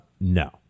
No